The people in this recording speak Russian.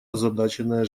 озадаченная